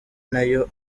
nayo